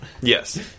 Yes